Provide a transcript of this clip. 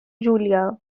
julia